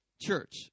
Church